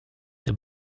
der